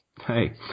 Hey